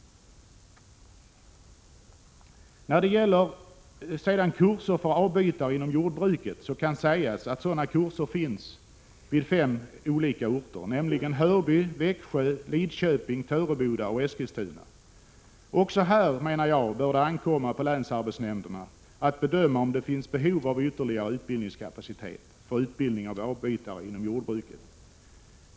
När det gäller kurser för avbytare inom jordbruket kan sägas att sådana kurser finns på fem orter, nämligen Hörby, Växjö, Lidköping, Töreboda och Eskilstuna. Också här bör det, menar jag, ankomma på länsarbetsnämnderna att bedöma — om det finns behov av ytterligare utbildningskapacitet för utbildning av avbytare inom jordbruket.